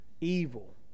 evil